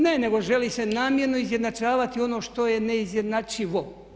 Ne, nego želi se namjerno izjednačavati ono što je neizjednačivo.